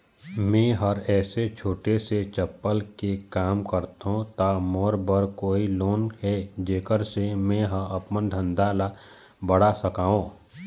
मैं हर ऐसे छोटे से चप्पल के काम करथों ता मोर बर कोई लोन हे जेकर से मैं हा अपन धंधा ला बढ़ा सकाओ?